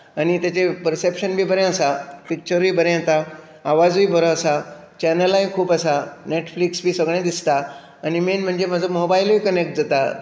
आनी ताचें पर्सेप्शन बी बरें आसा पिक्चरूय बरें येता आवाजूय बरो आसा चॅनलाय खूब आसा नॅटफ्लिक्स बी सगळें दिसता आनी मेन म्हणजें म्हजो मोबायलूय कनॅक्ट जाता